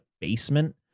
basement